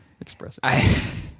expressing